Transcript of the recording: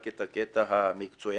הקטע המקצועי.